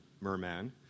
merman